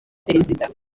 perezida